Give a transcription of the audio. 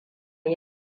yi